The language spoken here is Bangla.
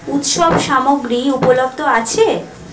উৎসব সামগ্রী উপলব্ধ আছে